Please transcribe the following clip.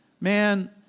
Man